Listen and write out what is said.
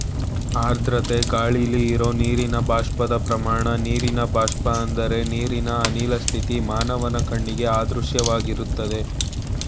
ಆರ್ದ್ರತೆ ಗಾಳಿಲಿ ಇರೋ ನೀರಿನ ಬಾಷ್ಪದ ಪ್ರಮಾಣ ನೀರಿನ ಬಾಷ್ಪ ಅಂದ್ರೆ ನೀರಿನ ಅನಿಲ ಸ್ಥಿತಿ ಮಾನವನ ಕಣ್ಣಿಗೆ ಅದೃಶ್ಯವಾಗಿರ್ತದೆ